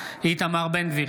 אינו נוכח איתמר בן גביר,